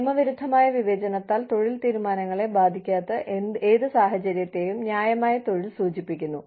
നിയമവിരുദ്ധമായ വിവേചനത്താൽ തൊഴിൽ തീരുമാനങ്ങളെ ബാധിക്കാത്ത ഏത് സാഹചര്യത്തെയും ന്യായമായ തൊഴിൽ സൂചിപ്പിക്കുന്നു